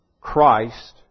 Christ